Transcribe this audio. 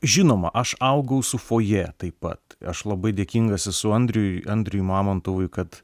žinoma aš augau su fojė taip pat aš labai dėkingas esu andriui andriui mamontovui kad